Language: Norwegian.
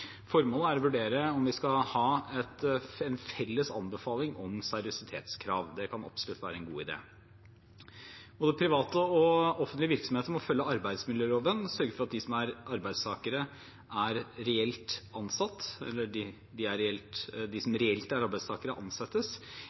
Formålet er å vurdere om vi skal ha en felles anbefaling om seriøsitetskrav. Det kan absolutt være en god idé. Både private og offentlige virksomheter må følge arbeidsmiljøloven og sørge for at de som reelt er arbeidstakere, ansettes. Innholdet i arbeidstakerbegrepet og grensen mot selvstendig næringsdrivende behandles i det partssammensatte utvalget for fremtidens arbeidsliv, som